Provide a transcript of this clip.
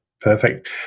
Perfect